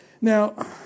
Now